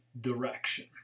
direction